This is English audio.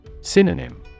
Synonym